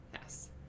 Yes